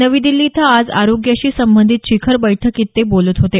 नवी दिल्ली इथं आज आरोग्याशी संबंधित शिखर बैठकीत ते बोलत होते